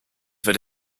that